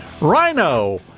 Rhino